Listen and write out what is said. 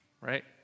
Right